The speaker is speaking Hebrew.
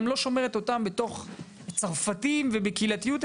לא שומרת אותם בתור צרפתיות ובקהילתיות,